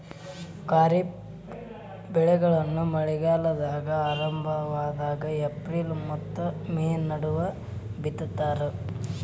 ಖಾರಿಫ್ ಬೆಳೆಗಳನ್ನ ಮಳೆಗಾಲದ ಆರಂಭದಾಗ ಏಪ್ರಿಲ್ ಮತ್ತ ಮೇ ನಡುವ ಬಿತ್ತತಾರ